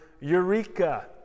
eureka